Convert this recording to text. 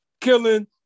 killing